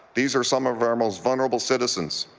these are some of our most vulnerable citizens.